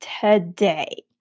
today